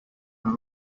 and